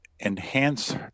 Enhance